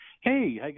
Hey